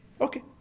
okay